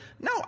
no